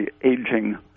aging